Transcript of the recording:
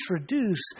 introduce